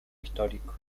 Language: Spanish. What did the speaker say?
histórico